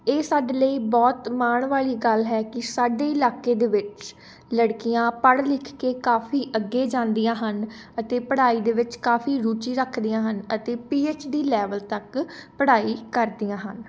ਇਹ ਸਾਡੇ ਲਈ ਬਹੁਤ ਮਾਣ ਵਾਲੀ ਗੱਲ ਹੈ ਕਿ ਸਾਡੇ ਇਲਾਕੇ ਦੇ ਵਿੱਚ ਲੜਕੀਆਂ ਪੜ੍ਹ ਲਿਖ ਕੇ ਕਾਫ਼ੀ ਅੱਗੇ ਜਾਂਦੀਆਂ ਹਨ ਅਤੇ ਪੜ੍ਹਾਈ ਦੇ ਵਿੱਚ ਕਾਫ਼ੀ ਰੁਚੀ ਰੱਖਦੀਆਂ ਹਨ ਅਤੇ ਪੀਐੱਚਡੀ ਲੈਵਲ ਤੱਕ ਪੜ੍ਹਾਈ ਕਰਦੀਆਂ ਹਨ